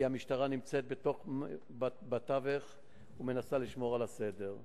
כי המשטרה נמצאת בתווך ומנסה לשמור על הסדר.